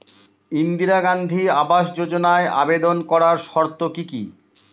ইন্দিরা গান্ধী আবাস যোজনায় আবেদন করার শর্ত কি কি?